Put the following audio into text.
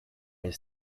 his